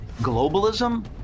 Globalism